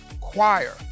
choir